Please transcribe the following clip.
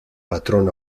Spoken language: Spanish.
patrón